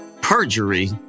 Perjury